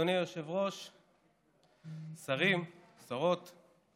אדוני היושב-ראש, שרים, שרות,